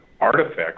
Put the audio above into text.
artifacts